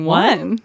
one